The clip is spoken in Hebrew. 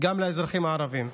גם לאזרחים הערבים.